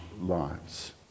lives